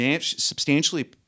substantially